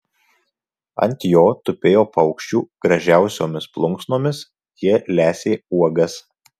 ant jo tupėjo paukščių gražiausiomis plunksnomis jie lesė uogas